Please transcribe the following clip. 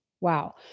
Wow